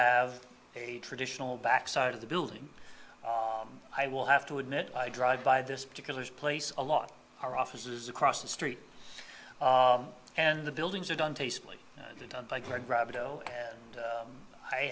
have a traditional back side of the building i will have to admit i drive by this particular place a lot our offices across the street and the buildings are done tastefully done